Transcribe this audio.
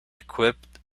equipped